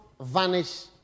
vanish